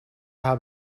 haar